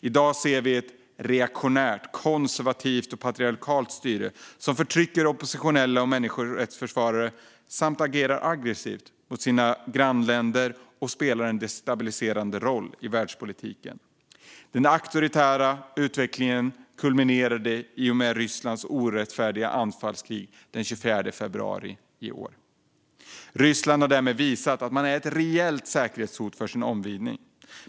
I dag ser vi ett reaktionärt, konservativt och patriarkalt styre som förtrycker oppositionella och människorättsförsvarare samt agerar aggressivt mot sina grannländer och spelar en destabiliserande roll i världspolitiken. Den auktoritära utvecklingen kulminerade i och med Rysslands orättfärdiga anfallskrig den 24 februari i år. Ryssland har därmed visat att det är ett reellt säkerhetspolitiskt hot för sin omgivning.